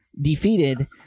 defeated